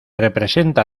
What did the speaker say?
representa